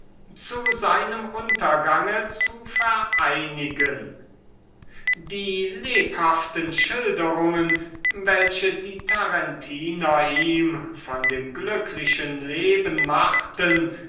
zu seinem untergang zu vereinigen die reizenden schilderungen so ihm die tarentiner von dem glücklichen leben machten